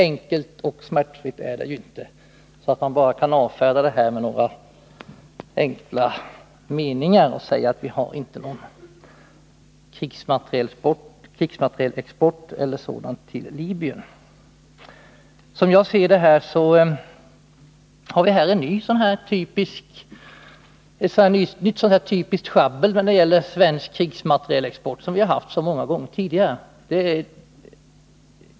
Frågan är nämligen inte så enkel att man kan avfärda den i några meningar och säga att vi inte har någon krigsmaterielexport till Libyen. Som jag ser det har vi återigen ett sådant här typiskt schabbel när det gäller svensk krigsmaterielexport som vi haft så många gånger tidigare.